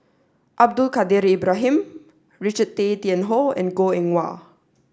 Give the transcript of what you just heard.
Abdul Kadir Ibrahim Richard Tay Tian Hoe and Goh Eng Wah